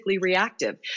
reactive